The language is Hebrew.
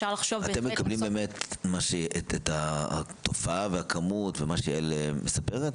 אתם מקבלים באמת את התופעה ואת הכמות שיעל מספרת?